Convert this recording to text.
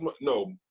no